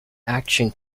action